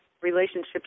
relationships